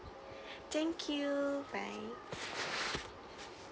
thank you bye